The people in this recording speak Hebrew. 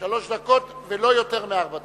שלוש דקות, ולא יותר מארבע דקות.